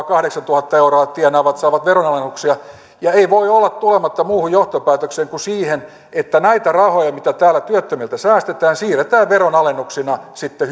kahdeksantuhatta euroa tienaavat saavat veronalennuksia yli viisisataa euroa ei voi olla tulematta muuhun johtopäätökseen kuin siihen että näitä rahoja mitä täällä työttömiltä säästetään siirretään sitten